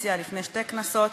באופוזיציה לפני שתי כנסות,